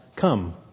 Come